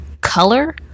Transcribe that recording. color